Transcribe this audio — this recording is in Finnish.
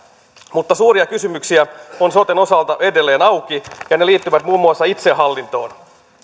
mutta suuria kysymyksiä on soten osalta edelleen auki ja ne liittyvät muun muassa itsehallintoon